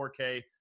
4K